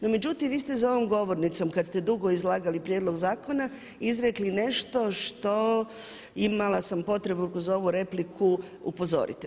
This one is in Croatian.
No, međutim vi ste za ovom govornicom kad ste dugo izlagali prijedlog zakona izrekli nešto što imala sam potrebu kroz ovu repliku upozoriti.